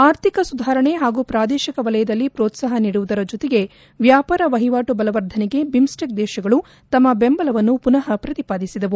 ಆರ್ಥಿಕ ಸುಧಾರಣೆ ಹಾಗೂ ಪ್ರಾದೇಶಿಕ ವಲಯದಲ್ಲಿ ಪ್ರೋತ್ವಾಹ ನೀಡುವುದರ ಜೊತೆಗೆ ವ್ಯಾಪಾರ ವಹಿವಾಟು ಬಲವರ್ಧನೆಗೆ ಬಿಮ್ಸ್ಟಿಕ್ ದೇಶಗಳು ತಮ್ನ ಬೆಂಬಲವನ್ನು ಪುನಃ ಪ್ರತಿಪಾದಿಸಿದವು